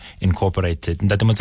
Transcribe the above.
Incorporated